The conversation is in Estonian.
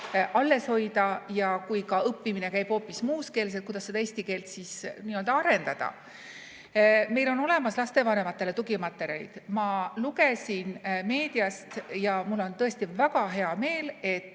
alles hoida, ja kui ka õppimine käib hoopis muus keeles, kuidas seda eesti keelt siis arendada. Meil on olemas lastevanematele tugimaterjalid. Ma lugesin meediast ja mul on tõesti väga hea meel, et